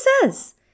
says